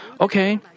okay